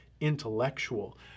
intellectual